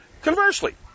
Conversely